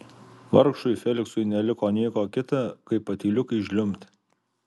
vargšui feliksui neliko nieko kita kaip patyliukais žliumbti